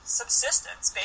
subsistence